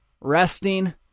resting